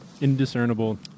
indiscernible